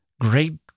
Great